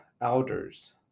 elders